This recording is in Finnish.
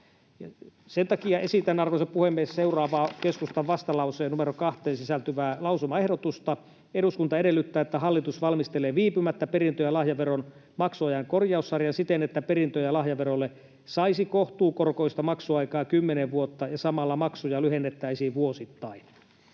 Sen takia esitän, arvoisa puhemies, seuraavaa keskustan vastalauseeseen numero 2 sisältyvää lausumaehdotusta: ”Eduskunta edellyttää, että hallitus valmistelee viipymättä perintö- ja lahjaveron maksuajan korjaussarjan siten, että perintö- ja lahjaverolle saisi kohtuukorkoista maksuaikaa kymmenen vuotta ja samalla maksuja lyhennettäisiin vuosittain.”